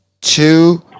two